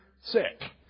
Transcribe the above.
sick